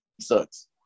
sucks